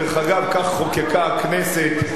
דרך אגב, כך חוקקה הכנסת,